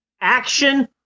Action